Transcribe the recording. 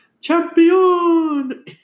Champion